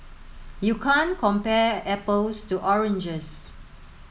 you can't compare apples to oranges